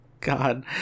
God